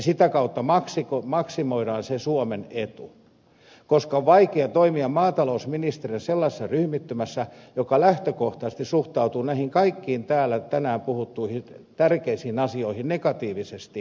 sitä kautta maksimoidaan se suomen etu koska on vaikea toimia maatalousministerinä sellaisessa ryhmittymässä joka lähtökohtaisesti suhtautuu näihin kaikkiin täällä tänään puhuttuihin tärkeisiin asioihin negatiivisesti tai vastenmielisesti